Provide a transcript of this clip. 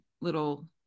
little